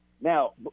now